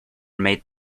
made